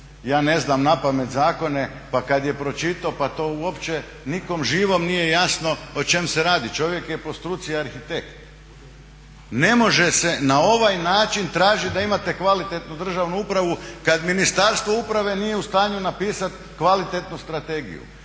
ja ne znam napamet zakone, pa kad je pročitao pa to uopće nikom živom nije jasno o čemu se radi. Čovjek je po struci arhitekt. Ne može se na ovaj način tražiti da imate kvalitetnu državnu upravu kad Ministarstvo uprave nije u stanju napisati kvalitetnu strategiju.